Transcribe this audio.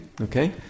Okay